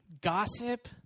gossip